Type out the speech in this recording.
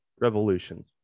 revolution